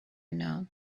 known